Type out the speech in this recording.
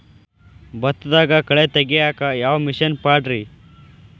ಭತ್ತದಾಗ ಕಳೆ ತೆಗಿಯಾಕ ಯಾವ ಮಿಷನ್ ಪಾಡ್ರೇ?